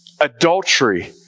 adultery